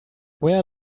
wear